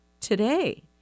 today